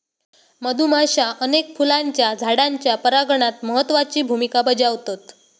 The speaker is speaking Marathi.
मधुमाश्या अनेक फुलांच्या झाडांच्या परागणात महत्त्वाची भुमिका बजावतत